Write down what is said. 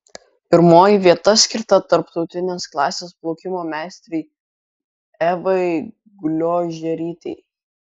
pirmoji vieta skirta tarptautinės klasės plaukimo meistrei evai gliožerytei